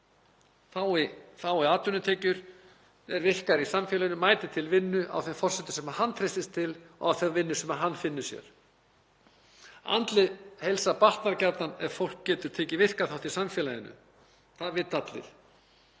fái atvinnutekjur, er virkari í samfélaginu, mæti til vinnu á þeim forsendum sem hann treystir sér til, þeirrar vinnu sem hann finnur sér. Andleg heilsa batnar gjarnan ef fólk getur tekið virkan þátt í samfélaginu. Það vita allir.